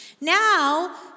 Now